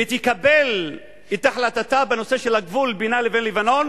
ותקבל את החלטתה בנושא של הגבול בינה לבין לבנון,